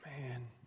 Man